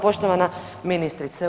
Poštovana ministrice.